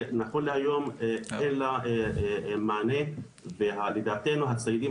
שנכון להיום אין לה מענה ולדעתנו הציידים